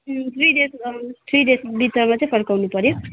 उम् three days around three days भित्रमा चाहिँ फर्काउनु पऱ्यो